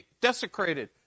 desecrated